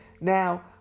Now